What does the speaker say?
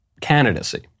candidacy